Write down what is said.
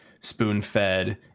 spoon-fed